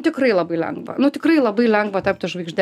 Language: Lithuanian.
tikrai labai lengva tikrai labai lengva tapti žvaigžde